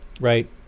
right